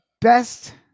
best